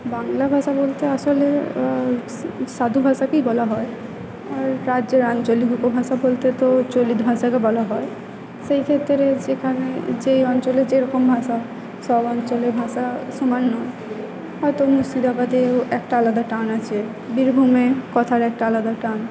বাংলা ভাষা বলতে আসলে সা সাধু ভাষাকেই বলা হয় আর রাজ্যের আঞ্চলিক উপভাষা বলতে তো চলিত ভাষাকে বলা হয় সেই ক্ষেত্রে তো সেখানে যে অঞ্চলের যেরকম ভাষা সব অঞ্চলের ভাষা সমান নয় হয়তো মুর্শিদাবাদে একটা আলাদা টান আছে বীরভূমে কথার একটা আলাদা টান